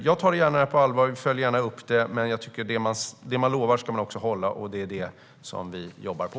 Jag tar det här på allvar och följer gärna upp det, men jag tycker att det man lovar ska man också hålla, och det är det som vi jobbar på.